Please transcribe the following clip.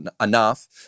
enough